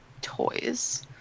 toys